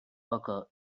occur